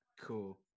Cool